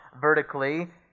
vertically